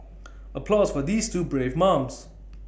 applause for these two brave mums